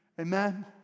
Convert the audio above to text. Amen